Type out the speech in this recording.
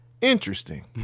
Interesting